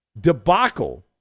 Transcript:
debacle